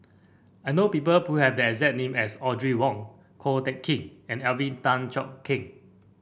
I know people who have the exact name as Audrey Wong Ko Teck Kin and Alvin Tan Cheong Kheng